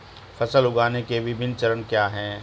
फसल उगाने के विभिन्न चरण क्या हैं?